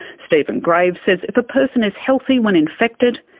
stephen graves says if a person is healthy when infected,